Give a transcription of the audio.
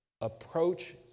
approach